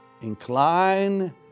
incline